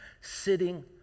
sitting